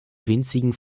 winzigen